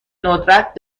ندرت